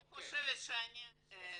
אמרתי,